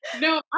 No